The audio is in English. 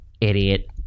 Idiot